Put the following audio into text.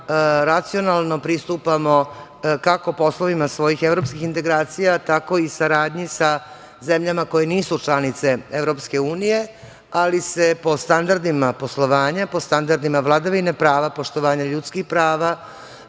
racionalno pristupamo kako poslovima svojih evropskih integracija, tako i saradnji sa zemljama koje nisu članice Evropske unije, ali se po standardima poslovanja, po standardima vladavine prava, poštovanja ljudskih prava,